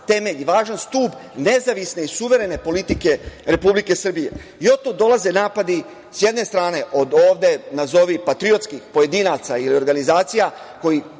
temelj i važan stub nezavisne i suverene politike Republike Srbije i otuda dolaze napadi s jedne strane od ovde nazovi patriotskih pojedinaca ili organizacija koji